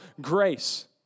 grace